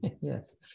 yes